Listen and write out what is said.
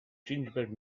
gingerbread